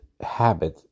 habit